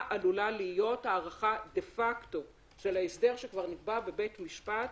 עלולה להיות הארכה דה פקטו של ההסדר שכבר נקבע בבית המשפט